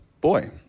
boy